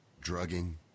drugging